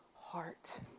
heart